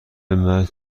مرد